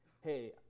hey